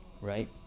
right